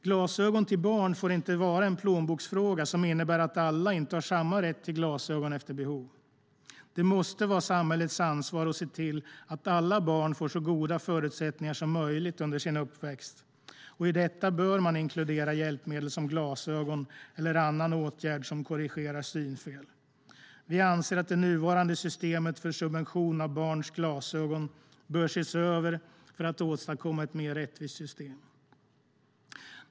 Glasögon till barn får inte vara en plånboksfråga som innebär att alla inte har samma rätt till glasögon efter behov. Det måste vara samhällets ansvar att se till att alla barn får så goda förutsättningar som möjligt under sin uppväxt och i detta bör man inkludera hjälpmedel som glasögon eller annan åtgärd som korrigerar synfel. Vi anser att det nuvarande systemet för subvention av barns glasögon bör ses över för att åstadkomma ett mer rättvist system."